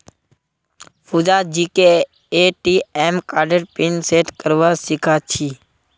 फूफाजीके ए.टी.एम कार्डेर PIN set करवा सीखा छि